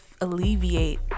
alleviate